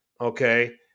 Okay